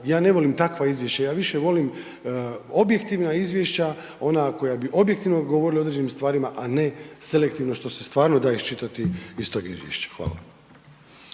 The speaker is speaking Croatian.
ja ne volim takva izvješća, ja više volim objektivna izvješća, ona koja bi objektivno govorila o određenim stvarima, a ne selektivno, što se stvarno da iščitati iz tog izvješća. Hvala.